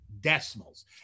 decimals